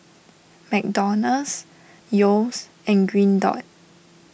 McDonald's Yeo's and Green Dot